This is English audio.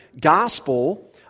gospel